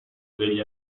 degli